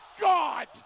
GOD